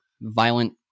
violent